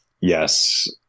Yes